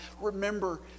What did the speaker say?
Remember